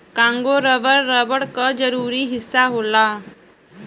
Congo rubber, rubber क जरूरी हिस्सा होला